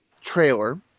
trailer